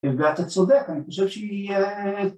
‫אתה צודק, אני חושב שהיא...